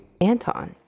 Anton